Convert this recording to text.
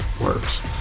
works